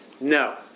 No